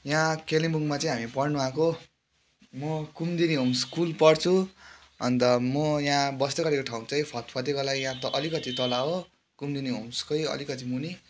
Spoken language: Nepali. यहाँ कालिम्पोङमा चाहिँ हामी पढ्नु आएको म कुमुदिनी होम्स स्कुल पढ्छु अन्त म यहाँ बस्दै गरेको ठाउँ चाहिँ फत्फले गोलाइ या अलिकति तलको कुन्दिनी होम्सकै अलिकति मुनि